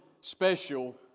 special